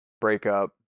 breakup